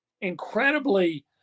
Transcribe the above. incredibly